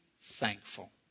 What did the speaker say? thankful